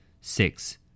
Six